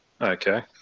Okay